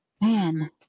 man